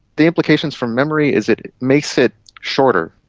the implications for memory is it makes it shorter.